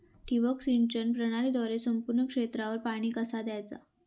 ठिबक सिंचन प्रणालीद्वारे संपूर्ण क्षेत्रावर पाणी कसा दयाचा?